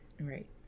right